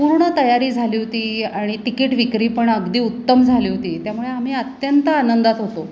पूर्ण तयारी झाली होती आणि तिकीट विक्री पण अगदी उत्तम झाली होती त्यामुळे आम्ही अत्यंत आनंदात होतो